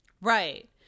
right